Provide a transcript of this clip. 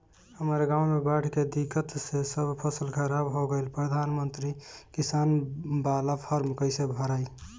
हमरा गांव मे बॉढ़ के दिक्कत से सब फसल खराब हो गईल प्रधानमंत्री किसान बाला फर्म कैसे भड़ाई?